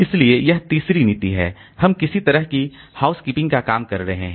इसलिए यह तीसरी नीति है कि हम किसी तरह की हाउसकीपिंग का काम कर रहे हैं